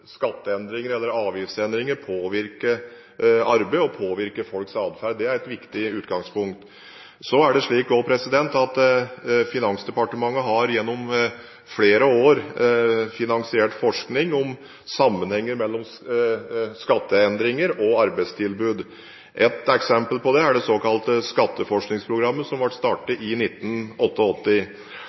skatteendringer eller avgiftsendringer påvirker arbeid og påvirker folks atferd – det er et viktig utgangspunkt. Finansdepartementet har gjennom flere år finansiert forskning på sammenhengen mellom skatteendringer og arbeidstilbud. Et eksempel er det såkalte Skatteforskningsprogrammet som ble startet i